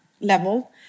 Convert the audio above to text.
level